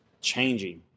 changing